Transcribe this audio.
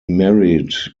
married